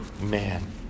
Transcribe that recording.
man